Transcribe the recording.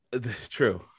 True